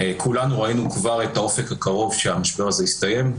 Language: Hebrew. כולנו ראינו כבר את האופק הקרוב שהמשבר הזה יסתיים,